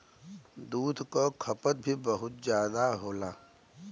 दूध क खपत भी बहुत जादा होला